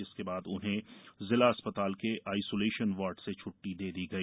जिसके बाद इन्हें जिला अस्पताल के आइसोलेशन वार्ड से छ्ट्टी दे दी गई